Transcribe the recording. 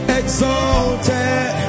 exalted